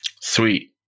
Sweet